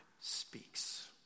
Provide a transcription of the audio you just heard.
speaks